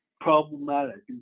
problematic